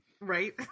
Right